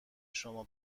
شما